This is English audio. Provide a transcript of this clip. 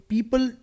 People